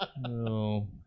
No